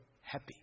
happy